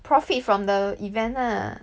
profit from the event lah